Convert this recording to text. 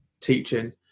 teaching